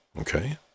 okay